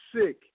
sick